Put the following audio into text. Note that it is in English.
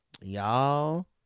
Y'all